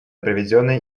проведенный